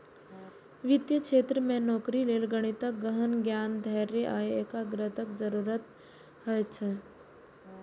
वित्तीय क्षेत्र मे नौकरी लेल गणितक गहन ज्ञान, धैर्य आ एकाग्रताक जरूरत होइ छै